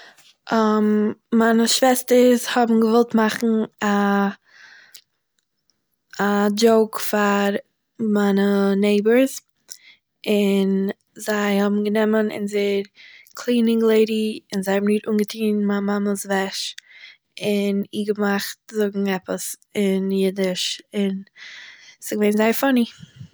מיינע שוועסטערס האבן געוואלט מאכן א- א דזשאוק פאר מיינע נעיבארס, און זיי האבן גענומען אונזער קלינינג ליידי און זיי האבן איר אנגעטוהן מיין מאמע'ס וועש, און איר געמאכט זאגן עפעס אין יידיש, און ס'איז געווען זייער פאני